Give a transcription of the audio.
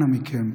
אנא מכם,